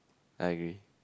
I agree